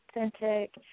authentic